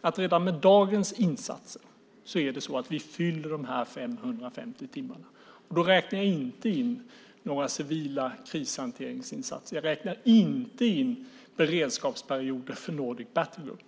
att redan med dagens insatser fyller vi de 550 timmarna. Då räknar jag inte in några civila krishanteringsinsatser. Jag räknar inte in beredskapsperioder för Nordic Battlegroup.